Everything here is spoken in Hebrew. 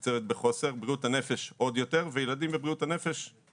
שזה התוכנית הלאומית לבריאות הנפש לילדים ונוער,